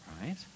right